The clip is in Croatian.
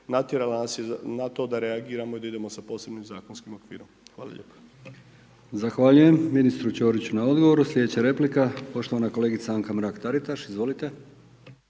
natjerala nas je na to da reagiramo i da idemo sa posebnim zakonskim okvirima. Hvala lijepo. **Brkić, Milijan (HDZ)** Zahvaljujem ministru Ćoriću na odgovoru. Slijedeća replika poštovana kolegica Anka Mrak Taritaš, izvolite.